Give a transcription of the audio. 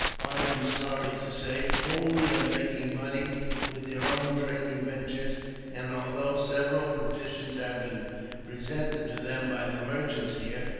i am sorry to say, only of making money with their own trading ventures and although several petitions have been presented to them, by the merchants here,